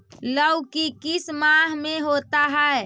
लव की किस माह में होता है?